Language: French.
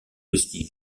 whisky